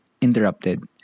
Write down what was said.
interrupted